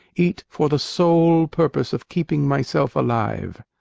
eat for the sole purpose of keeping myself alive.